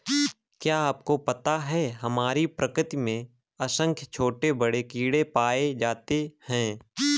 क्या आपको पता है हमारी प्रकृति में असंख्य छोटे बड़े कीड़े पाए जाते हैं?